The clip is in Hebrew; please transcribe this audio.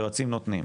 היועצים נותנים.